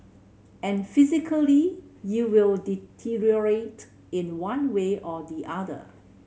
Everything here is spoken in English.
and physically you will deteriorate in one way or the other